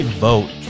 Vote